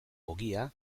ogia